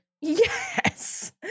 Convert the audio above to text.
Yes